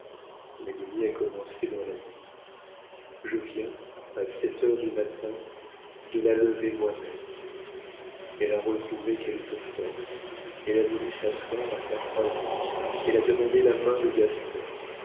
l'agonie a commencé dans la nuit je viens à sept heures du matin de la lever moi-même elle a retrouvé quelque force elle a voulu s'asseoir à sa croisée elle a demandé la main de gaston